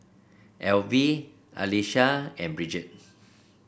Alvie Alysa and Bridget